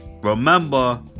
remember